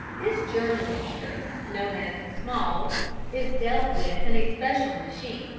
this germ mixture, known as smalls is dealt with in a special machine,